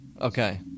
Okay